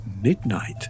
midnight